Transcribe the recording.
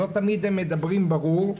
לא תמיד הם מדברים ברור,